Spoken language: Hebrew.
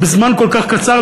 בזמן כל כך קצר,